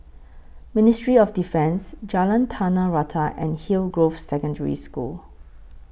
Ministry of Defence Jalan Tanah Rata and Hillgrove Secondary School